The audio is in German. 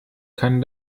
kann